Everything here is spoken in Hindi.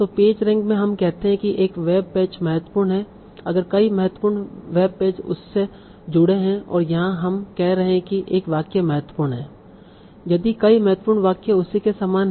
तो पेज रैंक में हम कहते हैं कि एक वेब पेज महत्वपूर्ण है अगर कई महत्वपूर्ण वेब पेज उससे जुड़े हैं और यहाँ हम कह रहे हैं कि एक वाक्य महत्वपूर्ण है यदि कई महत्वपूर्ण वाक्य उसी के समान हैं